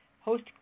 host